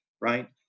right